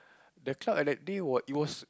the truck at the day were it was